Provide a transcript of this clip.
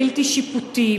בלתי שיפוטי,